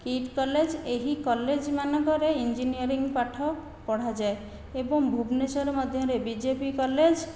କୀଟ୍ college ଏହି college ମାନଙ୍କରେ engineering ପାଠ ପଢ଼ାଯାଏ ଏବଂ ଭୁବନେଶ୍ୱର ମଧ୍ୟରେ ବିଜେପି କଲେଜ